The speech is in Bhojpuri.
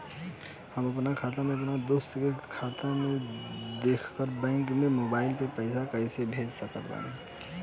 हम आपन खाता से अपना दोस्त के खाता मे दोसर बैंक मे मोबाइल से पैसा कैसे भेज सकत बानी?